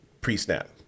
pre-snap